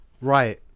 Right